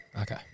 Okay